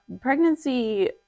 pregnancy